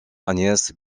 agnès